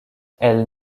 elle